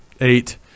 eight